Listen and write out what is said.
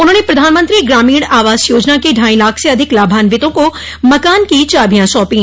उन्होंने प्रधानमंत्री ग्रामीण आवास योजना के ढाई लाख से अधिक लाभान्वितों को मकान की चाबियां सौंपी